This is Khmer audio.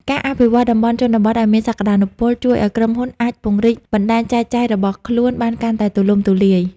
ការអភិវឌ្ឍតំបន់ជនបទឱ្យមានសក្ដានុពល ជួយឱ្យក្រុមហ៊ុនអាចពង្រីកបណ្ដាញចែកចាយរបស់ខ្លួនបានកាន់តែទូលំទូលាយ។